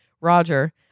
Roger